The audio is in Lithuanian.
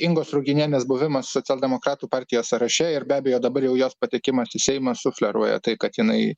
ingos ruginienės buvimas socialdemokratų partijos sąraše ir be abejo dabar jau jos patekimas į seimą sufleruoja tai kad jinai